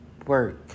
work